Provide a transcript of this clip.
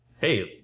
hey